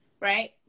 right